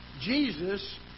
Jesus